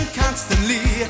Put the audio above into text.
constantly